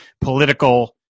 political